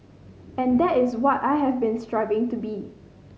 and that is what I have been striving to be